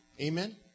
Amen